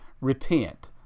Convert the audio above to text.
Repent